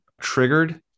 triggered